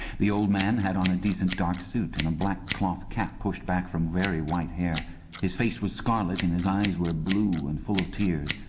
the old man had on a decent dark suit and a black cloth cap pushed back from very white hair his face was scarlet and his eyes were blue and full of tears.